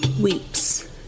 weeps